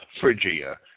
Phrygia